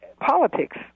Politics